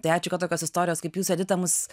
tai ačiū kad tokios istorijos kaip jūs edita mus